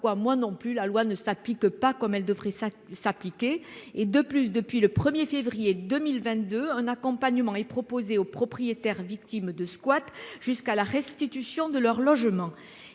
moi non plus. La loi ne s'applique pas comme elle devrait s'appliquer et de plus depuis le 1er février 2022, un accompagnement et proposé aux propriétaires victimes de squat jusqu'à la restitution de leur logement.